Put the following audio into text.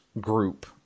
group